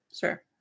Sure